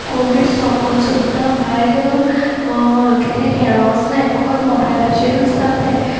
Covid सोंपोन सुद्दां भायर कितें हेडों वोसनाय फोकोत मोबायलाचेरूच रावताय